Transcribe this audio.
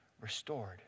restored